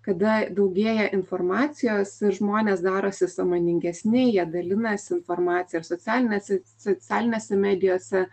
kada daugėja informacijos ir žmonės darosi sąmoningesni jie dalinasi informacija ir socialinėse socialinėse medijose